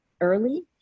early